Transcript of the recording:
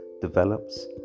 develops